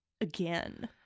Again